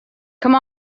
come